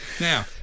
Now